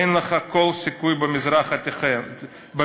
אין לך שום סיכוי במזרח התיכון.